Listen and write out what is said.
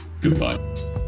goodbye